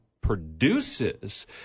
produces